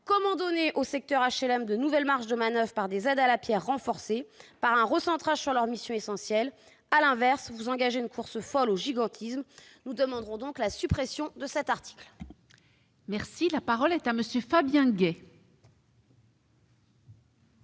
comment donner au secteur HLM de nouvelles marges de manoeuvre par des aides à la pierre renforcées, par un recentrage sur ses missions essentielles. À l'inverse, vous engagez une course folle au gigantisme. Nous demanderons donc la suppression de cet article. La parole est à M. Fabien Gay,